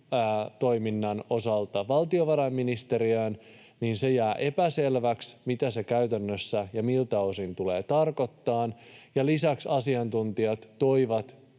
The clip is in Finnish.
toiminnan osalta valtiovarainministeriöön, mutta jää epäselväksi, mitä se käytännössä ja miltä osin tulee tarkoittamaan. Lisäksi asiantuntijat toivat